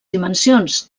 dimensions